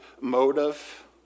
motive